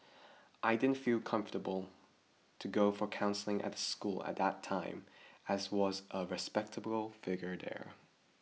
I didn't feel comfortable to go for counselling at the school at that time as was a respectable figure there